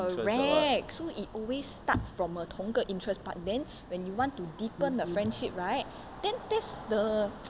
correct so it always start from a 同一个 interest but then when you want to deepen the friendship right then that's the